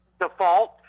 Default